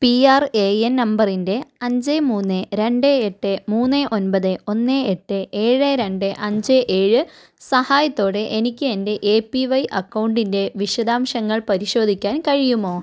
P R A N നമ്പറിൻ്റെ അഞ്ച് മൂന്ന് രണ്ട് എട്ട് മൂന്ന് ഒൻമ്പത് ഒന്ന് എട്ട് ഏഴ് രണ്ട് അഞ്ച് ഏഴ് സഹായത്തോടെ എനിക്ക് എൻ്റെ എ പി വൈ അക്കൗണ്ടിൻ്റെ വിശദാംശങ്ങൾ പരിശോധിക്കാൻ കഴിയുമോ